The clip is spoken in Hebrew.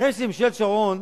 אחרי שממשלה שרון